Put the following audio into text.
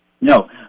No